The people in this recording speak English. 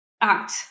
act